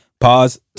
Pause